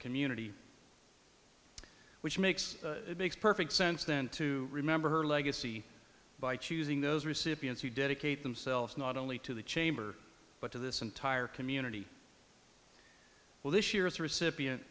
community which makes it makes perfect sense then to remember her legacy by choosing those recipients who dedicate themselves not only to the chamber but to this entire community well this year's recipient